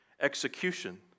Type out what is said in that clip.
execution